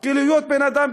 כי להיות בן-אדם,